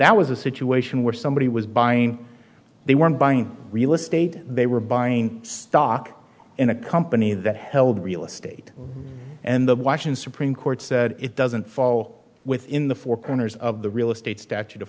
that was a situation where somebody was buying they weren't buying real estate they were buying stock in a company that held real estate and the washing supreme court said it doesn't fall within the four corners of the real estate statute